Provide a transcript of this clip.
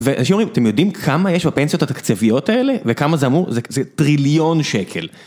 ואנשים אומרים אתם יודעים כמה יש בפנסיות התקציביות האלה? וכמה זה אמור? זה טריליון שקל.